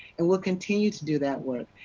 and will continue to do that work,